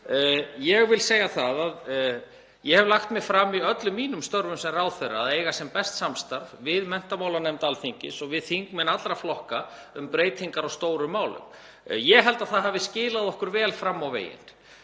Ég vil segja að ég hef lagt mig fram í öllum mínum störfum sem ráðherra um að eiga sem best samstarf við menntamálanefnd Alþingis og við þingmenn allra flokka um breytingar á stórum málum. Ég held að það hafi skilað okkur vel fram á veginn